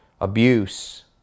abuse